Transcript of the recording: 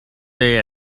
day